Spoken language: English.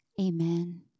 amen